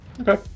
Okay